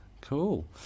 cool